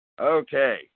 Okay